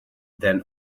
than